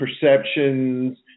perceptions